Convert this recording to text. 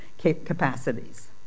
capacities